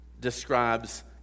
describes